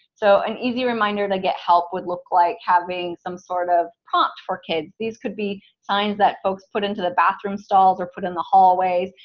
so an easy reminder to get help would look like having some sort of prompt for kids. these could be signs that folks put into the bathroom stalls, or put in the hallways.